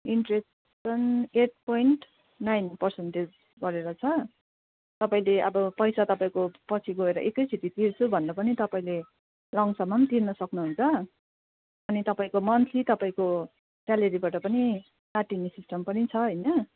interest चाहिँ eight point nine percentage गरेर छ तपाईँले अब पैसा तपाईँको पछि गएर एकैचोटि तिर्छु भन्दा पनि तपाईँले लङ सममा पनि तिर्न सक्नुहुन्छ अनि तपाईँको मन्थली तपाईँको स्यालरीबाट पनि काटिने सिस्टम पनि छ होइन